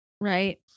Right